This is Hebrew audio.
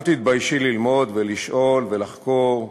אל תתביישי ללמוד ולשאול ולחקור,